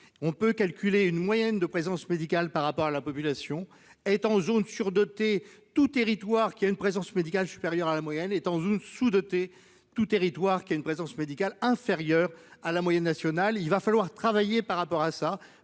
On peut calculer une moyenne de présence médicale par rapport à la population. Est en zones surdotées tout territoire qui a une présence médicale supérieure à la moyenne est en zone sous-dotée tout territoire qui a une présence médicale inférieur à la moyenne nationale. Il va falloir travailler par rapport à ça